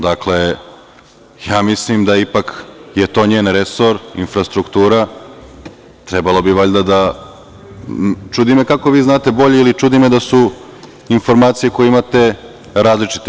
Dakle, mislim da je ipak to njen resor, infrastruktura, trebalo bi valjda, a čudi me kako vi znate bolje, ili čudi me da su informacije koje imate različite.